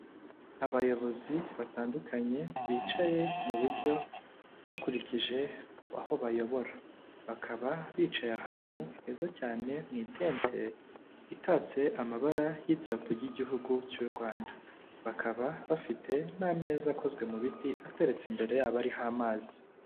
Abayobozi batandukanye bicaye mu buryo bakurikije aho bayobora, bakaba bicaye ahantu heza cyane mu itente itatse amabara y'idarapo ry'igihugu cy'u Rwanda bakaba bafite n'ameza akozwe mu biti ateretse imbere yabo ariho amazi.